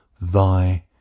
Thy